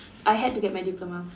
I had to get my diploma